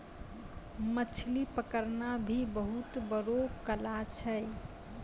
मछली पकड़ना भी बहुत बड़ो कला छै